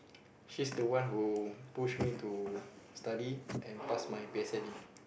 she's the one who push me to study and pass my p_s_l_e